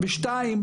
דבר נוסף,